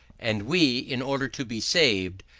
and we, in order to be saved,